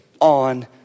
on